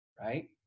right